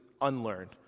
unlearned